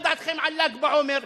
מה דעתכם על ל"ג בעומר?